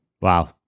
Wow